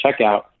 Checkout